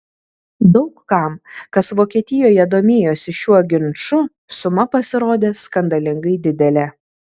daug kam kas vokietijoje domėjosi šiuo ginču suma pasirodė skandalingai didelė